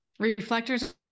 reflectors